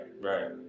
right